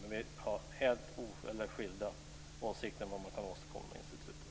Men vi har helt skilda åsikter om vad institutet kan åstadkomma.